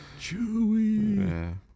Chewie